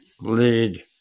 lead